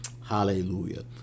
hallelujah